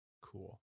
Cool